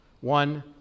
One